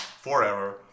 forever